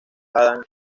adam